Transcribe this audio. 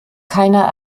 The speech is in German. keiner